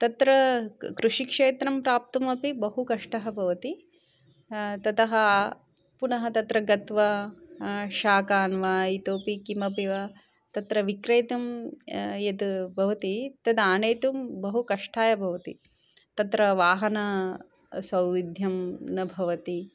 तत्र कृषिक्षेत्रं प्राप्तुमपि बहु कष्टं भवति ततः पुनः तत्र गत्वा शाकान् वा इतोऽपि किमपि वा तत्र विक्रेतुं यद् भवति तद् आनेतुं बहु कष्टाय भवति तत्र वाहनसौविध्यं न भवति